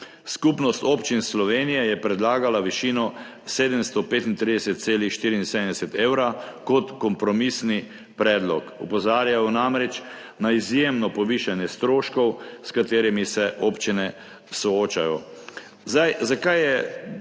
Skupnost občin Slovenije je predlagala višino 735,74 evra kot kompromisni predlog. Opozarjajo namreč na izjemno povišanje stroškov, s katerimi se občine soočajo. Zakaj je